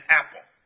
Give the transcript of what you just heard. apple